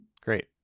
Great